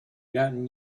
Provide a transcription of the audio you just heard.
gotten